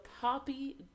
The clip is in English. Poppy